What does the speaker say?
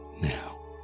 now